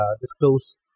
disclose